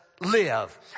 live